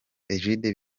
egide